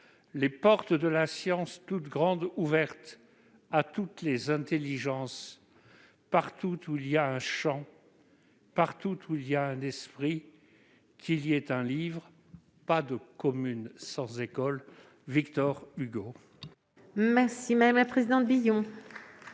Les portes de la science toutes grandes ouvertes à toutes les intelligences. Partout où il y a un champ, partout où il y a un esprit, qu'il y ait un livre. Pas une commune sans une école. » La parole est à Mme Annick Billon,